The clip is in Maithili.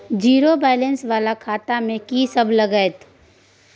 जीरो बैलेंस वाला खाता में की सब लगतै?